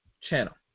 channel